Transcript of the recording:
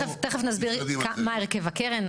אז תכף המנכ"ל יסביר מה הרכיבה הקרן.